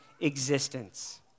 existence